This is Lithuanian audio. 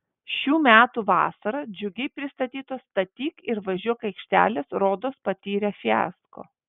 šių metų vasarą džiugiai pristatytos statyk ir važiuok aikštelės rodos patyrė fiasko